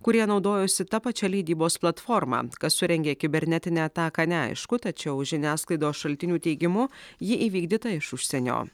kurie naudojosi ta pačia leidybos platforma kas surengė kibernetinę ataką neaišku tačiau žiniasklaidos šaltinių teigimu ji įvykdyta iš užsienio